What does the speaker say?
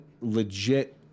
legit